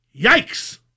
Yikes